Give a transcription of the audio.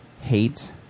hate